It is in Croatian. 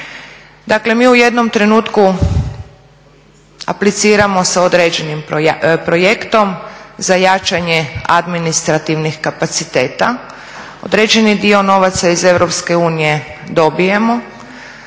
Dakle mi u jednome trenutku apliciramo sa određenim projektom za jačanje administrativnih kapaciteta. Određeni dio novaca iz Europske